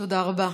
תודה רבה.